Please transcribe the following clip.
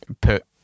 put